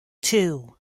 two